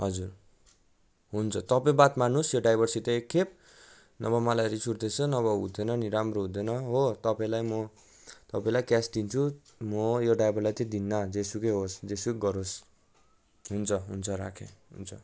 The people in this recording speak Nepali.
हजुर हुन्छ तपाईँ बात मार्नुहोस् यो ड्राइभरसित एकखेप नभए मलाई रिस उठ्दैछ नभए हुँदैन नि राम्रो हुँदैन हो तपाईँलाई म तपाईँलाई क्यास दिन्छु म यो ड्राइभरलाई चाहिँ दिन्न जेसुकै होस् जेसुकै गरोस् हुन्छ हुन्छ राखेँ हुन्छ